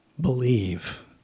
believe